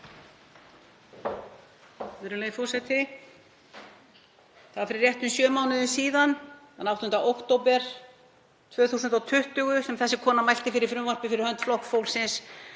Það var fyrir réttum sjö mánuðum, þann 8. október 2020, sem þessi kona mælti fyrir frumvarpi fyrir hönd Flokks fólksins